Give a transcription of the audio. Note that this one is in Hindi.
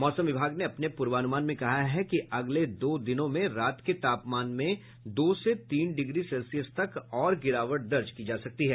मौसम विभाग ने अपने पूर्वानुमान में कहा है कि अगले दो दिनों में रात के तापमान में दो से तीन डिग्री सेल्सियस तक और गिरावट दर्ज की जा सकती है